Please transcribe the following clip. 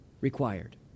required